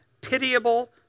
pitiable